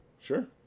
Sure